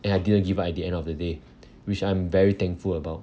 and I didn't give up at the end of the day which I'm very thankful about